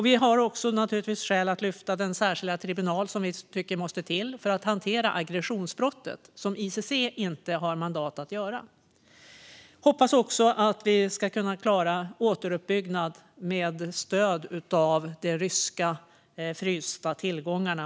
Vi har också skäl att lyfta fram den särskilda tribunal som måste till för att hantera aggressionsbrottet, något som ICC inte har mandat att göra. Vi hoppas också att vi ska kunna klara återuppbyggnad med stöd av de ryska frysta tillgångarna.